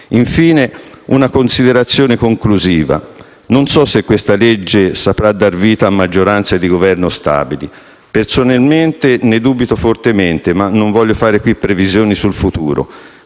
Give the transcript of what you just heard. Infine, faccio una considerazione conclusiva: non so se questa legge saprà dar vita a maggioranze di Governo stabili. Personalmente, ne dubito fortemente, ma non voglio fare qui previsioni sul futuro.